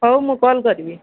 ହଉ ମୁଁ କଲ୍ କରିବି